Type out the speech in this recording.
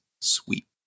sweet